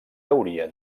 hauria